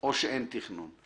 או שאין תכנון.